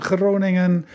Groningen